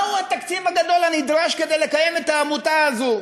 מהו התקציב הגדול הנדרש כדי לקיים את העמותה הזאת,